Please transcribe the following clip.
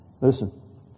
Listen